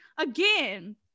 again